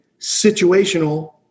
situational